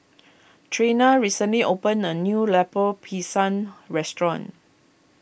Treena recently opened a new Lemper Pisang Restaurant